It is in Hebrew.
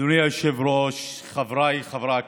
אדוני היושב-ראש, חבריי חברי הכנסת,